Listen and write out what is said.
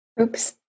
Oops